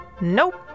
Nope